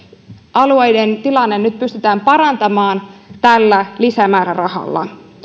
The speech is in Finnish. alueiden tilannetta nyt pystytään parantamaan lisämäärärahalla